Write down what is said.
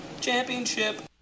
Championship